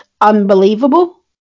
unbelievable